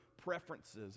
preferences